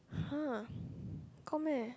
!huh! got meh